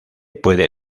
puede